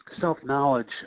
self-knowledge